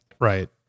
Right